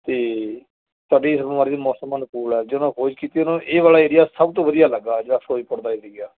ਅਤੇ ਤੁਹਾਡੇ ਇਸ ਬਿਮਾਰੀ ਦੇ ਮੌਸਮ ਅਨੁਕੂਲ ਹੈ ਜਦੋਂ ਖੋਜ ਕੀਤੀ ਉਹਨਾਂ ਨੂੰ ਇਹ ਵਾਲਾ ਏਰੀਆ ਸਭ ਤੋਂ ਵਧੀਆ ਲੱਗਿਆ ਜਿਹੜਾ ਫਿਰੋਜ਼ਪੁਰ ਦਾ ਏਰੀਆ